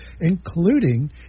including